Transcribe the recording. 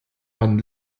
man